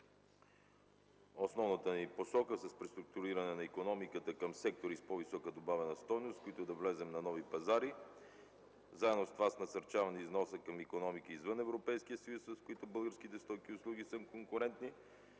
Основната ни посока за преструктуриране на икономиката е към сектори с по-висока добавена стойност, с които да влезем на нови пазари. Заедно с това – насърчаване на износа към икономики извън Европейския съюз, с които българските стоки и услуги са конкурентни.